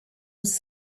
was